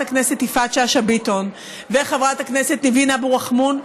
הכנסת יפעת שאשא ביטון וחברת הכנסת ניבין אבו רחמון,